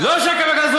לא שקר וכזב.